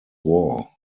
war